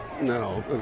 no